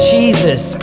Jesus